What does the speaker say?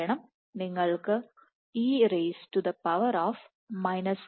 കാരണം നിങ്ങൾക്ക് e fdഎന്ന പദം ഉണ്ട്